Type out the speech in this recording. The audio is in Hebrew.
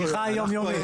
שיחה יום-יומית.